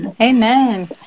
Amen